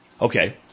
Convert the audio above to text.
Okay